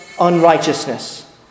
unrighteousness